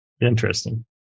Interesting